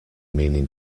meaning